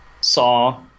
Saw